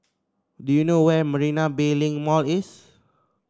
do you know where Marina Bay Link Mall is